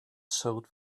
showed